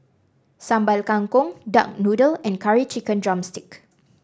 Sambal Kangkong Duck Noodle and Curry Chicken drumstick